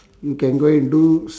you can go and do s~